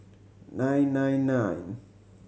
nine nine nine